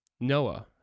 Noah